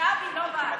שבי, לא בץ.